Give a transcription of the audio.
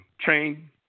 Train